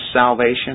salvation